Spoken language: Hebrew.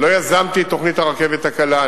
לא יזמתי את תוכנית הרכבת הקלה.